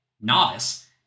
novice